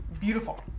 Beautiful